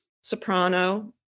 soprano